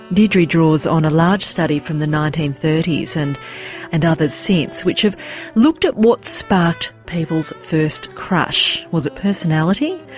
deidre draws on a large study from the nineteen thirty s and and others since which have looked at what sparked people's first crush. was it personality,